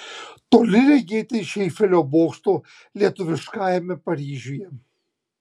toli regėti iš eifelio bokšto lietuviškajame paryžiuje